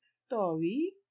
story